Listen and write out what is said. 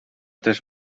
też